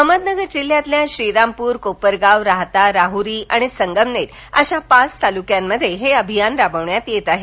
अहमदनगर जिल्ह्यातील श्रीरामपूर कोपरगाव राहाता राहरी आणि संगमनेर अशा पाच तालुक्यात हे अभियान राबविण्यात येत आहे